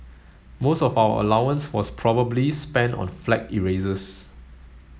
most of our allowance was probably spent on flag erasers